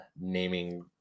naming